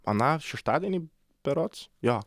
aną šeštadienį berods jo